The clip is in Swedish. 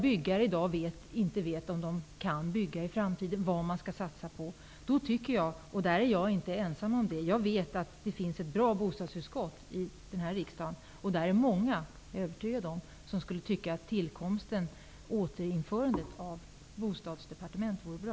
Byggherrarna vet i dag inte om de kan bygga i framtiden eller vad de skall satsa på. Jag och många andra vet att vi har ett bra bostadsutskott här i riksdagen. Jag är övertygad om att många i utskottet skulle tycka att ett återinförande av ett bostadsdepartement vore bra.